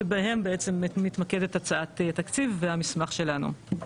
שבהן בעצם מתמקדת הצעת התקציב והמסמך שלנו.